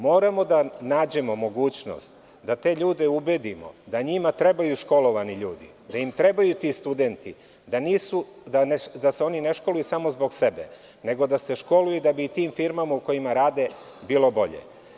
Moramo da nađemo mogućnost da te ljude ubedimo da njima trebaju školovani ljudi, da im trebaju ti studenti, da se oni ne školuju samo zbog sebe, nego da se školuju da bi tim firmama u kojima rade bilo bolje.